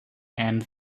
and